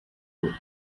good